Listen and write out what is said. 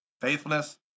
faithfulness